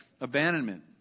abandonment